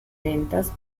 ventas